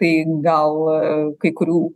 tai gal kai kurių